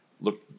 look